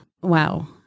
Wow